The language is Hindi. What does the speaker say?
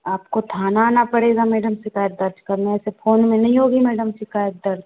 आपको थाना आना पड़ेगा मैडम शिकायत दर्ज करने ऐसे फोन में नहीं होगी मैडम शिकायत दर्ज